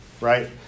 right